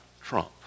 Trump